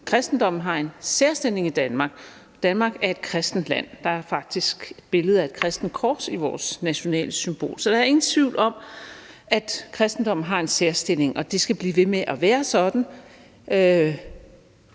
Kristendommen har en særstilling i Danmark. Danmark er et kristent land. Der er faktisk et billede af et kristent kors i vores nationale symbol. Så der er ingen tvivl om, at kristendommen har en særstilling, og det skal blive ved med at være sådan,